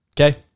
Okay